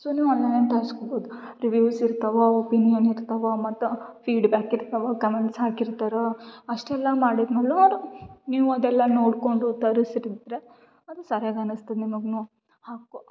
so ನೀವು ಆನ್ಲೈನ್ಯಿಂದ ತರಿಸ್ಕೋಬೋದ್ ರಿವ್ಯೂಸ್ ಇರ್ತವೆ ಒಪಿನಿಯನ್ ಇರ್ತವೆ ಮತ್ತು ಫೀಡ್ಬ್ಯಾಕ್ ಇರ್ತಾವೆ ಕಮೆಂಟ್ಸ್ ಹಾಕಿರ್ತಾರೆ ಅಷ್ಟೆಲ್ಲ ಮಾಡಿದ್ಮೇಲೆ ಅವ್ರು ನೀವು ಅದೆಲ್ಲ ನೋಡ್ಕೊಂಡು ತರಿಸಿಟಿದ್ರೆ ಅದು ಸರ್ಯಾಗಿ ಅನಿಸ್ತದ ನಿಮಗು ಹಾಕೋ